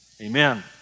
amen